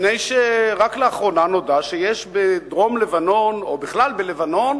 מפני שרק לאחרונה נודע שיש בדרום-לבנון או בכלל בלבנון